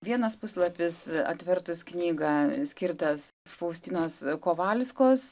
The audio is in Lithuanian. vienas puslapis atvertus knygą skirtas faustinos kovalskos